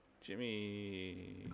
Jimmy